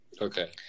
Okay